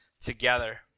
together